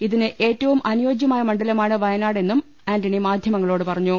ഇതിന് ഏറ്റവും അനുയോ ജ്യമായ മണ്ഡലമാണ് വയനാടെന്നും ്ആന്റണി മാധ്യമങ്ങളോട് പറഞ്ഞു